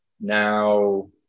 now